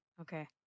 okay